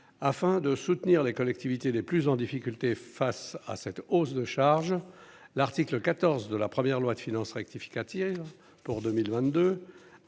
afin de soutenir les collectivités les plus en difficulté face à cette hausse de charge l'article 14 de la première loi de finances rectificative pour 2022